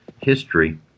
history